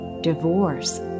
divorce